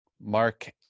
Mark